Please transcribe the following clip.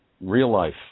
real-life